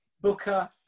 Booker